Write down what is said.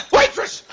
Waitress